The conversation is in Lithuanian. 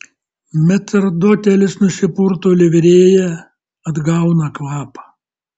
metrdotelis nusipurto livrėją atgauna kvapą